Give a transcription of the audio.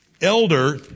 Elder